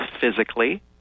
physically